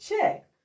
check